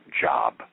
job